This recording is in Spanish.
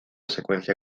secuencia